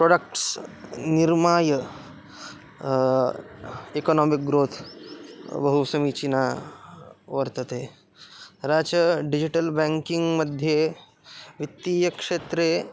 products निर्माय economic growth बहु समीचीना वर्तते अरा च डिजिटल् ब्याङ्किङ्ग्मध्ये वित्तीयक्षेत्रे